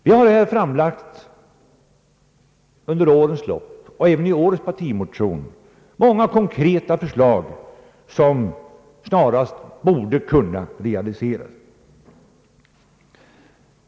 Vi har under årens lopp och även i årets partimotion framlagt många konkreta förslag som snarast borde kunna realiseras.